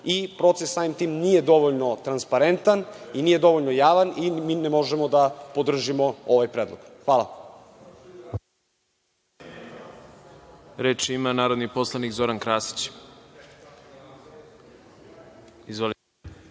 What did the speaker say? i proces, samim tim, nije dovoljno transparentan i nije dovoljno javan i mi ne možemo da podržimo ovaj predlog. Hvala.